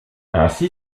ainsi